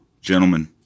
gentlemen